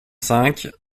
cinq